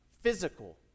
Physical